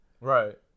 Right